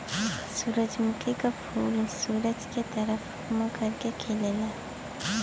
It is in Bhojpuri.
सूरजमुखी क फूल सूरज के तरफ मुंह करके खिलला